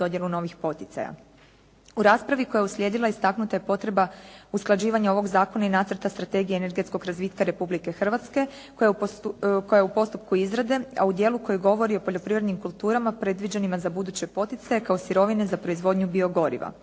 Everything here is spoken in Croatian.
U raspravi koja je uslijedila istaknuta je potreba usklađivanja ovog zakona i nacrta strategije energetskog razvitka Republike Hrvatske koja je u postupku izrade, a u dijelu koji govori o poljoprivrednim kulturama predviđenima za buduće poticaje kao sirovine za proizvodnju biogoriva.